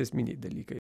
esminiai dalykai